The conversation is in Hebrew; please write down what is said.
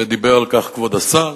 ודיבר על כך כבוד השר.